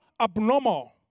abnormal